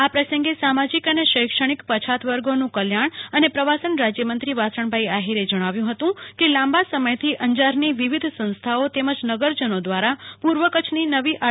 આ તકેસામાજિક અને શૈક્ષણિક પછાત વર્ગોનું કલ્યાણ અને પ્રવાસન રાજયમંત્રીવાસણભાઇ આહિરે જણાવ્યું હતું કે લાંબા સમયથી અંજારની વિવિધ સંસ્થામાંઓ તેમજનગરજનો દ્વારા પૂર્વ કચ્છની નવી આર